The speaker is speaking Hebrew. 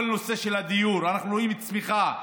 כל נושא הדיור, אנחנו רואים צמיחה.